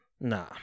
Nah